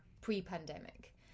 pre-pandemic